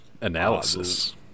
analysis